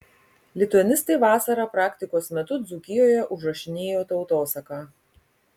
lituanistai vasarą praktikos metu dzūkijoje užrašinėjo tautosaką